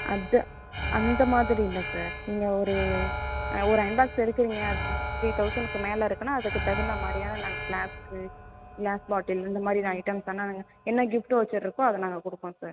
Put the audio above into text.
அது அந்த மாதிரி இல்லை சார் நீங்கள் ஒரு ஒரு அயன்பாக்ஸ் எடுக்கிறிங்க அது த்ரீ தௌசனுக்கு மேலே இருக்குதுன்னா அதுக்கு தகுந்த மாதிரியான நாங்கள் ஃப்ளாஸ்கு கிளாஸ் பாட்டில் இந்த மாதிரியான ஐட்டம்ஸ் வேணால் நாங்கள் என்ன கிஃப்ட் வவுச்சர் இருக்கோ அதை நாங்கள் கொடுப்போம் சார்